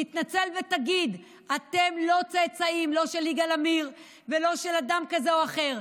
תתנצל ותגיד: אתם לא צאצאים לא של יגאל עמיר ולא של אדם כזה או אחר.